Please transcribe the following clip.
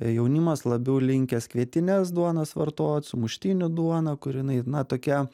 jaunimas labiau linkęs kvietines duonas vartot sumuštinių duoną kur jinai na tokia